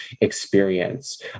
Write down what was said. experience